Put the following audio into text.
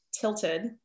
tilted